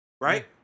Right